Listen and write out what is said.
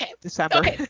December